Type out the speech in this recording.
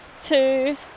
two